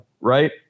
Right